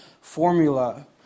formula